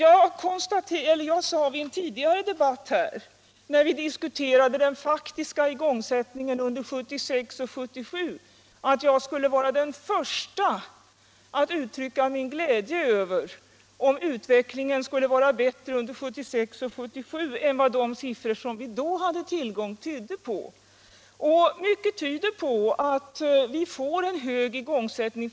I en tidigare debatt här, när vi diskuterade den faktiska igångsättningen av daghemsbyggandet under 1976 77 än vad de siffror som vi då hade tillgång till tydde på. Mycket tyder också på en hög igångsättning.